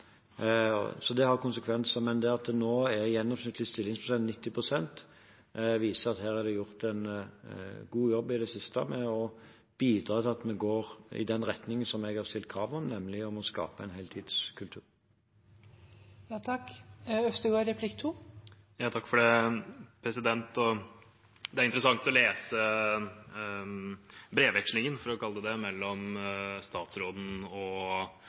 Så det har konsekvenser. Men det at gjennomsnittlig stillingsprosent nå er 90 pst., viser at her er det gjort en god jobb i det siste med å bidra til at vi går i den retningen som jeg har stilt krav om, nemlig å skape en heltidskultur. Det er interessant å lese brevvekslingen, for å kalle det det, mellom statsråden og